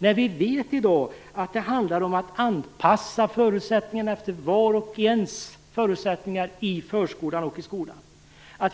saliggörande. Vi vet i dag att det handlar om att anpassa verksamheten i förskolan och i skolan efter vars och ens förutsättning.